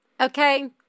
Okay